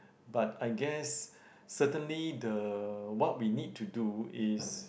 but I guess certainly the what we need to do is